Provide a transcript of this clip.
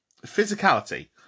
Physicality